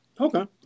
Okay